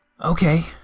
Okay